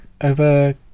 over